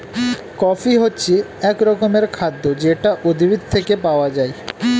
coffee হচ্ছে এক রকমের খাদ্য যেটা উদ্ভিদ থেকে পাওয়া যায়